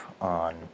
on